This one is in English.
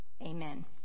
Amen